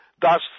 Thus